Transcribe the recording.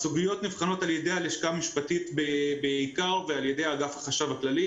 הסוגיות נבחנות בלשכה המשפטית בעיקר ובאגף החשב הכללי.